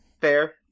fair